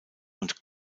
und